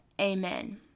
amen